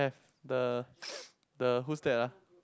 have the the who's that ah